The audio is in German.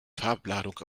farbladung